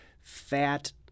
fat